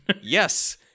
Yes